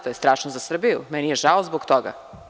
To je strašno za Srbiju, meni je žao zbog toga.